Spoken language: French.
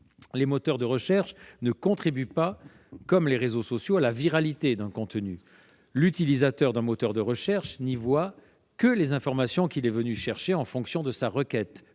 Les moteurs de recherche ne contribuent pas, comme le font les réseaux sociaux, à la viralité d'un contenu. L'utilisateur d'un moteur de recherche n'y voit que les informations qu'il est venu chercher en fonction de sa requête,